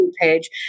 page